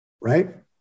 Right